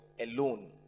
alone